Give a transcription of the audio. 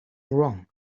wrong